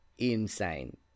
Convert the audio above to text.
insane